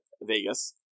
Vegas